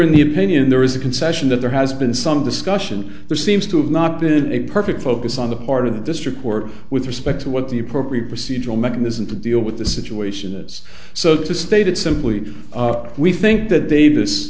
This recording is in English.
in the opinion there is a concession that there has been some discussion there seems to have not been a it focus on the part of the district court with respect to what the appropriate procedural mechanism to deal with the situation is so to state it simply we think that